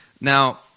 Now